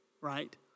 right